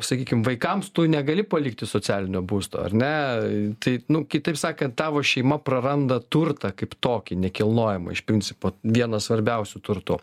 sakykim vaikams tu negali palikti socialinio būsto ar ne tai nu kitaip sakant tavo šeima praranda turtą kaip tokį nekilnojamą iš principo vienas svarbiausių turtu